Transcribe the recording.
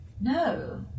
no